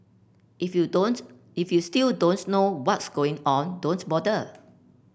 if you don't if you still don't know what's going on don't bother